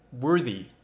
worthy